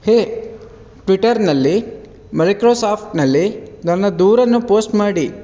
ಹೇ ಟ್ವಿಟ್ಟರ್ನಲ್ಲಿ ಮೈಕ್ರೋಸಾಫ್ಟ್ನಲ್ಲಿ ನನ್ನ ದೂರನ್ನು ಪೋಸ್ಟ್ ಮಾಡಿ